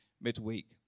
midweek